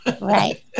Right